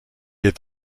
est